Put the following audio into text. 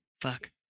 fuck